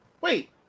wait